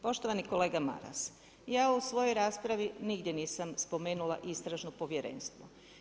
Poštovani kolega Maras, ja u svojoj raspravi nigdje nisam spomenula istražno povjerenstvo.